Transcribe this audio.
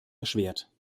erschwert